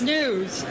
News